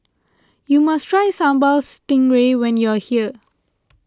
you must try Sambal Stingray when you're here